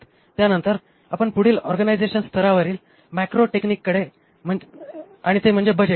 त्यानंतर आपण पुढील ऑर्गनायझेशन स्तरावरील मॅक्रो टेक्निककडे आणि ते म्हणजे बजेट